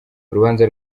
urubanza